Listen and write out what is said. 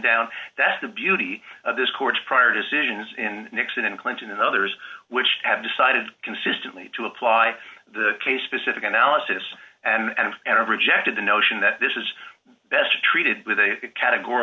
down that's the beauty of this court's prior decisions in nixon and clinton and others which have decided consistently to apply the case specific analysis and and have rejected the notion that this is best treated